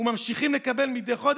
וממשיכים לקבל מדי חודש",